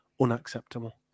unacceptable